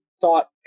thought